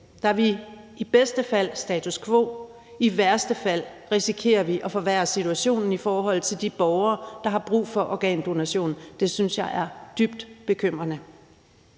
Der er vi i bedste fald status quo, og i værste fald risikerer vi at forværre situationen i forhold til de borgere, der har brug for organdonation. Det synes jeg er dybt bekymrende.